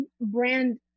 brand